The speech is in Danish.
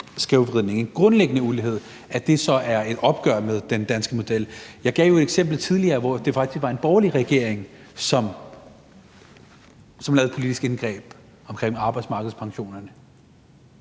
skævvridning, en grundlæggende urimelighed, så er det et opgør med den danske model. Jeg gav jo eksemplet tidligere, hvor det faktisk var en borgerlig regering, som lavede et politisk indgreb omkring arbejdsmarkedspensionerne,